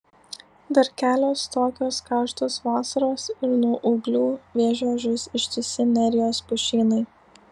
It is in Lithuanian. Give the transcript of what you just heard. dar kelios tokios karštos vasaros ir nuo ūglių vėžio žus ištisi nerijos pušynai